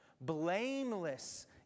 blameless